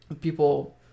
People